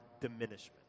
diminishment